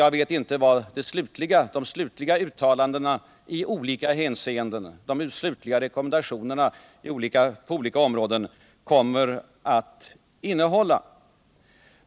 Jag vet inte vad de slutliga uttalandena i olika hänseenden och de slutliga rekommendationerna på olika områden kommer att innehålla.